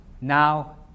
now